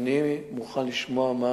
אני מוכן לשמוע מה